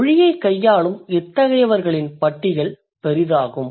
மொழியைக் கையாளும் இத்தகையவர்களின் பட்டியல் பெரிதாகும்